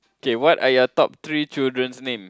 okay what are your top three children's name